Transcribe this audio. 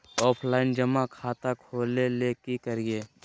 Offline जमा खाता खोले ले की करिए?